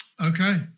Okay